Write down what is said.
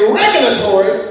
regulatory